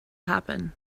happen